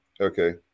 Okay